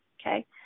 Okay